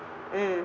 mm